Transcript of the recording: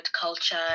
culture